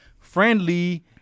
friendly